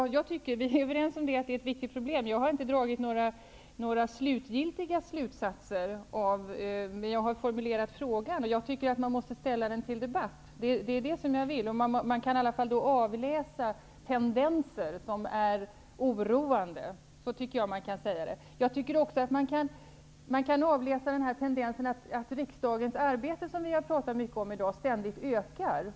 Herr talman! Vi är överens om att detta är ett viktigt problem. Jag har inte dragit några definitiva slutsatser, utan jag har formulerat frågan, som jag anser att vi måste ta upp till debatt. Man kan emellertid avläsa tendenser som är oroande. Man kan också avläsa tendensen att riksdagens arbete, som vi i dag talat mycket om, ständigt ökar.